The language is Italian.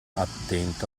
attento